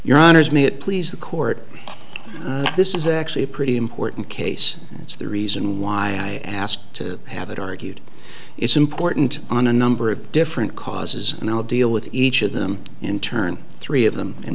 your honour's may it please the court this is actually a pretty important case it's the reason why i ask to have it argued it's important on a number of different causes and i'll deal with each of them in turn three of them in